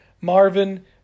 Marvin